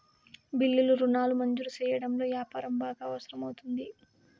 బిల్లులు రుణాలు మంజూరు సెయ్యడంలో యాపారం బాగా అవసరం అవుతుంది